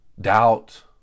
doubt